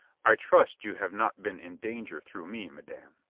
i trust you have not been in danger through me, madame?